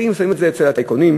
האם שמים את זה אצל הטייקונים,